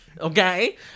okay